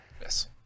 Yes